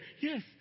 yes